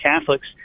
Catholics